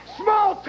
small